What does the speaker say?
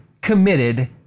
committed